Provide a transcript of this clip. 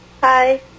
Hi